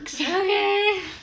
okay